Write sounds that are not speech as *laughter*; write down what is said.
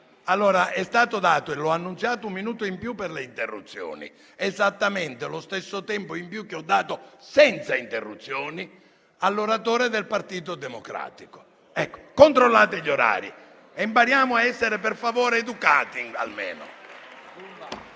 Allora è stato dato, come ho annunciato, un minuto in più per le interruzioni; esattamente lo stesso tempo in più che ho dato senza interruzioni all'oratore del Partito Democratico. *applause* Controllate gli orari e impariamo, per favore, ad essere almeno